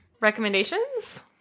Recommendations